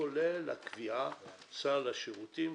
כולל הקביעה של סל השירותים,